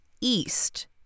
east